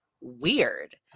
weird